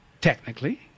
Technically